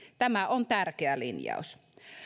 tämä on tärkeä linjaus